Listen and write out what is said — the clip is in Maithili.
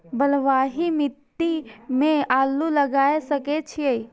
बलवाही मिट्टी में आलू लागय सके छीये?